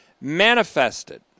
manifested